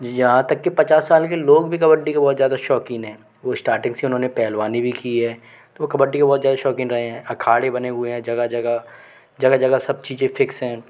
यहाँ तक कि पचास साल के लोग भी कबड्डी के ज़्यादा शौक़ीन हैं स्टार्टिंग से उन्होंने पहलवानी भी की है तो कबड्डी के बहुत ज़्यादा शौक़ीन रहे हैं अखाड़े बने हुए हैं जगह जगह जगह सब चीज़े फिक्स हैं